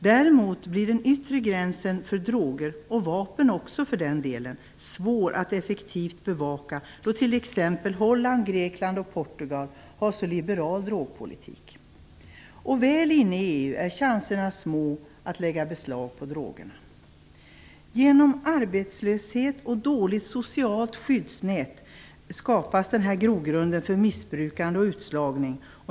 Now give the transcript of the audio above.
Däremot blir den yttre gränsen för droger, och vapen för den delen, svår att effektivt bevaka då t.ex. Holland, Grekland och Portugal har så liberal drogpolitik. Väl inne i EU är chanserna små att lägga beslag på drogerna. Genom arbetslöshet och dåligt socialt skyddsnät skapas grogrunden för missbrukande och utslagning.